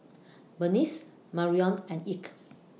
Berniece Marrion and Ike